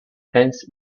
hence